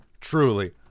Truly